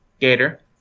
Gator